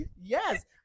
Yes